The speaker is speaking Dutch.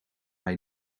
hij